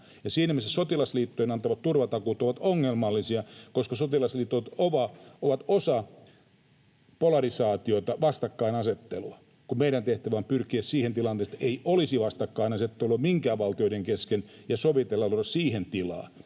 siinä mielessä sotilasliittojen antamat turvatakuut ovat ongelmallisia, koska sotilasliitot ovat osa polarisaatiota, vastakkainasettelua, kun meidän tehtävämme on pyrkiä siihen tilanteeseen, että ei olisi vastakkainasettelua minkään valtioiden kesken, ja sovittautua siihen tilaan.